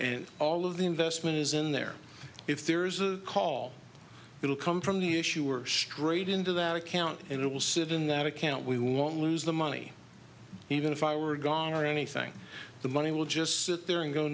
and all of the investment is in there if there's a call will come from the issuer straight into that account and it will sit in that account we won't lose the money even if i were gone or anything the money will just sit there and go